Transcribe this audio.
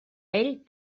ell